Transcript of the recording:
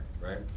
right